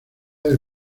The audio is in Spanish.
del